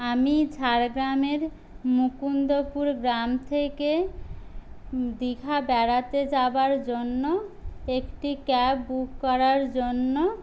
আমি ঝাড়গ্রামের মুকুন্দপুর গ্রাম থেকে দীঘা বেড়াতে যাওয়ার জন্য একটি ক্যাব বুক করার জন্য